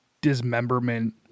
dismemberment